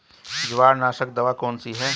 जवार नाशक दवा कौन सी है?